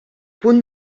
punt